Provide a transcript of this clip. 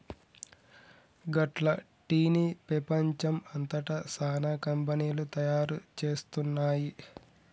గట్ల టీ ని పెపంచం అంతట సానా కంపెనీలు తయారు చేస్తున్నాయి